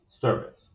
service